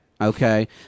Okay